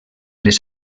les